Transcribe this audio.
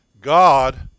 God